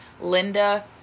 Linda